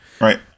Right